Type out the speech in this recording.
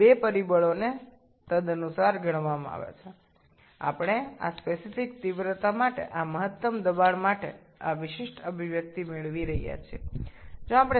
এই দুটি কারণকে সেই অনুযায়ী বিবেচনা করা হয় আমরা এই সর্বাধিক চাপের জন্য এই নির্দিষ্ট মাত্রার জন্য এই বিশেষ সূত্রটি পাচ্ছি